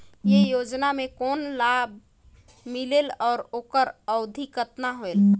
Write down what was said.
ये योजना मे कोन ला लाभ मिलेल और ओकर अवधी कतना होएल